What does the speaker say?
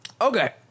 Okay